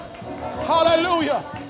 Hallelujah